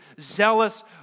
zealous